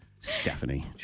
Stephanie